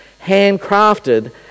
handcrafted